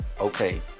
okay